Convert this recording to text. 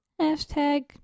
Hashtag